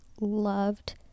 loved